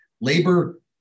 labor